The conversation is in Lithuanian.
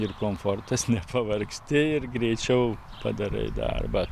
ir komfortas nepavargsti ir greičiau padarai darbą